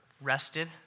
rested